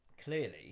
Clearly